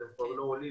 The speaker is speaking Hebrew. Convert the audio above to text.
אתם כבר לא עולים